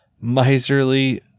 miserly